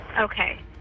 Okay